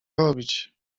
robić